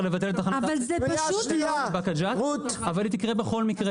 אני מבין את --- לבטל --- אבל היא תקרה בכל מקרה.